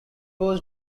was